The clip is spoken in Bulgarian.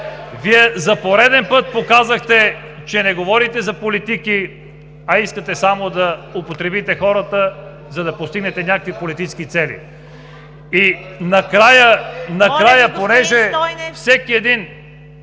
Вие за пореден път показахте, че не говорите за политики, а искате само да употребите хората, за да постигнете някакви политически цели. (Шум и реплики от